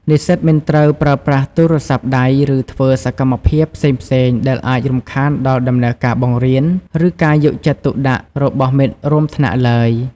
និស្សិតមិនត្រូវ ប្រើប្រាស់ទូរស័ព្ទដៃ ឬធ្វើសកម្មភាពផ្សេងៗ ដែលអាចរំខានដល់ដំណើរការបង្រៀន ឬការយកចិត្តទុកដាក់របស់មិត្តរួមថ្នាក់ឡើយ។